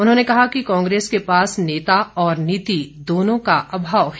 उन्होंने कहा कि कांग्रेस के पास नेता और नीति दोनों का अभाव है